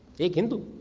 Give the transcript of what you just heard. a hindu.